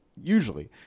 usually